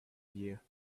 year